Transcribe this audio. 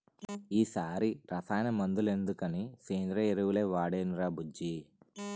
ఈ సారి రసాయన మందులెందుకని సేంద్రియ ఎరువులే వాడేనురా బుజ్జీ